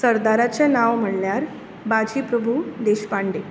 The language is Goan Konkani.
सरदाराचें नांव म्हणल्यार बाजी प्रभू देशपांडे